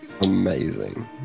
Amazing